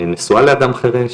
אני נשואה לאדם חרש,